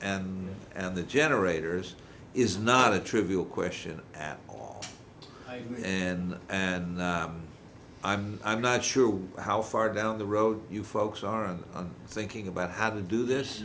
and and the generators is not a trivial question and and i'm i'm not sure how far down the road you folks are thinking about how to do this